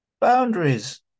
Boundaries